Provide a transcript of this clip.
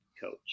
coach